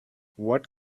what